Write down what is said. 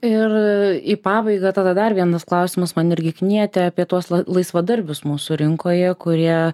ir į pabaigą tada dar vienas klausimas man irgi knieti apie tuos lai laisvadarbius mūsų rinkoje kurie